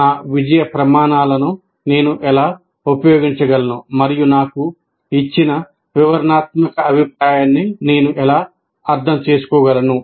నా విజయ ప్రమాణాలను నేను ఎలా ఉపయోగించగలను మరియు నాకు ఇచ్చిన వివరణాత్మక అభిప్రాయాన్ని నేను ఎలా అర్థం చేసుకోగలను